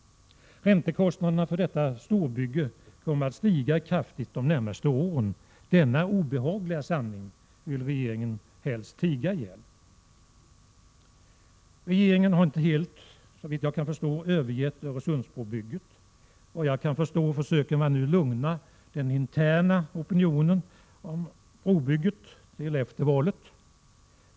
Räntekostnaderna för detta storbygge kommer att stiga kraftigt de närmaste åren. Denna obehagliga sanning vill regeringen helst tiga ihjäl. Regeringen har inte helt övergett Öresundsbrobygget. Såvitt jag kan förstå så försöker man nu lugna den interna opinionen mot brobygget till efter valet.